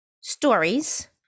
stories